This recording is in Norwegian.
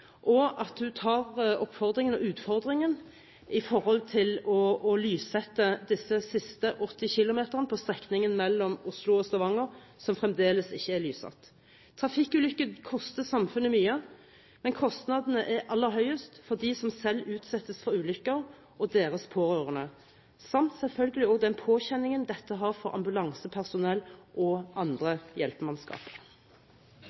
og at hun tar oppfordringen og utfordringen i forhold til å lyssette disse siste 80 km på strekningen mellom Oslo og Stavanger, som fremdeles ikke er lyssatt. Trafikkulykker koster samfunnet mye, men kostnadene er aller høyest for dem som selv utsettes for ulykker, og deres pårørende – og selvfølgelig også den påkjenningen dette har for ambulansepersonell og